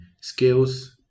skills